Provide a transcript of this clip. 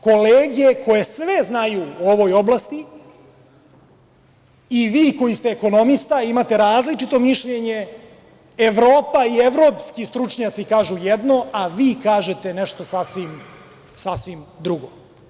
Kolege koje sve znaju o ovoj oblasti i vi koji ste ekonomista, imate različito mišljenje, Evropa i evropski stručnjaci kažu jedno, a vi kažete nešto sasvim drugo.